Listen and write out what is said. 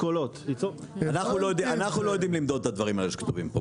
אנחנו לא יודעים למדוד את הדברים האלה שכתובים פה,